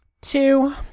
Two